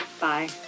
Bye